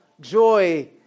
joy